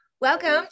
Welcome